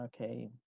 Okay